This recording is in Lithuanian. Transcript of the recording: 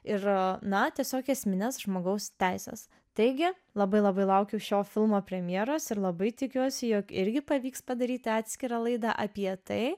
ir na tiesiog esmines žmogaus teises taigi labai labai laukiu šio filmo premjeros ir labai tikiuosi jog irgi pavyks padaryti atskirą laidą apie tai